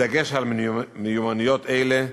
בדגש על מיומנויות אלה.